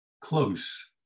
close